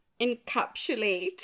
encapsulate